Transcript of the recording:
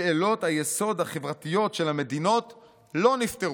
שאלות היסוד החברתיות של המדינות לא נפתרו.